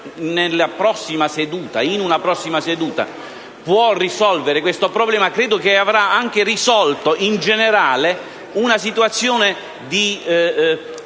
in una prossima seduta può risolvere questo problema, credo che avrà anche risolto in generale una situazione di amarezza